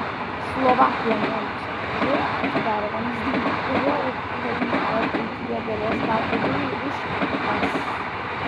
slovakija mėnesio pradžioje atidarė vamzdyną kuriuo ukraina ateityje galės gauti dujų iš es